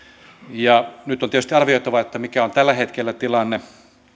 ja nyt on tietysti arvioitava mikä on tällä hetkellä tilanne